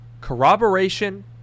corroboration